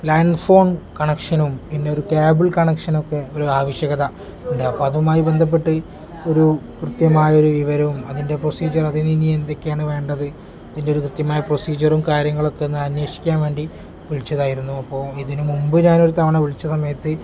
land phone കണക്ഷനും പിന്നെ ഒരു കേബിൾ കണക്ഷനൊക്കെ ഒരു ആവശ്യകത ഉണ്ട് അപ്പം അതുമായി ബന്ധപ്പെട്ട് ഒരു കൃത്യമായ ഒരു വിവരവും അതിൻ്റെ പ്രൊസീജിയർ അത് ഇനി എന്തൊക്കെയാണ് വേണ്ടത് ഇതിൻ്റെ ഒരു കൃത്യമായ പ്രൊസീജറും കാര്യങ്ങളൊക്കെ ഒന്ന് അന്വേഷിക്കാൻ വേണ്ടി വിളിച്ചതായിരുന്നു അപ്പോൾ ഇതിന് മുമ്പ് ഞാൻ ഒരു തവണ വിളിച്ച സമയത്ത്